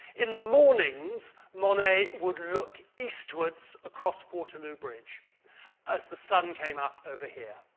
in the mornings, monet would look eastwards across waterloo bridge as the sun came up over here.